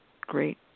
great